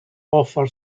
offer